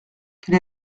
quel